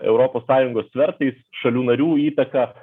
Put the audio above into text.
europos sąjungos svertais šalių narių įtaka